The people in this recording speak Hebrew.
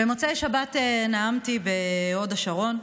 במוצאי שבת נאמתי בהוד השרון.